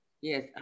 Yes